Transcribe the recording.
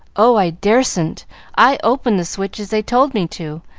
oh, i dar'sn't! i opened the switch as they told me to,